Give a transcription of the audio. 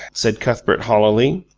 said cuthbert hollowly.